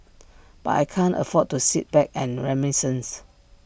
but I can't afford to sit back and reminisce